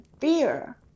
fear